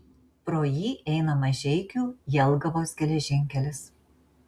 pro jį eina mažeikių jelgavos geležinkelis